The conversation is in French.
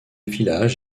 village